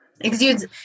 exudes